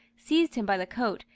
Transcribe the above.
seized him by the coat,